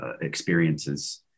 experiences